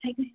થઈ ગઈ